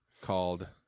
called